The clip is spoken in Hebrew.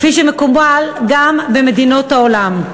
כפי שמקובל גם במדינות העולם.